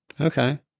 Okay